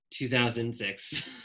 2006